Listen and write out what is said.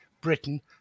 Britain